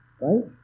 right